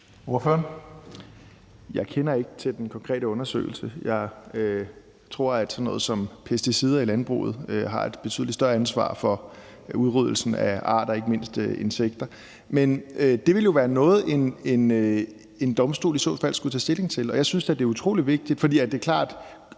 (EL): Jeg kender ikke til den konkrete undersøgelse. Jeg tror, at sådan noget som pesticider i landbruget bærer et betydelig større ansvar for udryddelsen af arter, ikke mindst insekter. Men det ville jo være noget, en domstol i så fald skulle tage stilling til. Jeg synes, at det da er utrolig vigtigt. For det er klart,